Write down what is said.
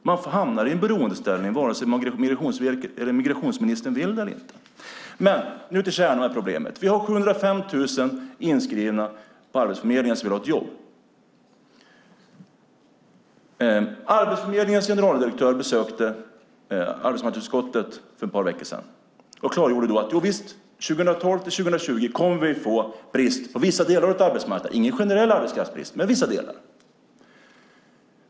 Man hamnar i en beroendeställning vare sig migrationsministern vill det eller inte. Låt mig nu gå över till kärnan av problemet. Vi har 705 000 inskrivna på Arbetsförmedlingen som vill ha ett jobb. Arbetsförmedlingens generaldirektör besökte arbetsmarknadsutskottet för ett par veckor sedan och klargjorde då att vi kommer att få brist på vissa delar av arbetsmarknaden 2012-2020. Det handlar inte om någon generell arbetskraftsbrist, men på vissa delar.